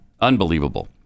unbelievable